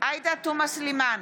עאידה תומא סלימאן,